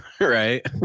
Right